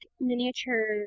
miniature